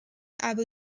abu